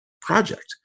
project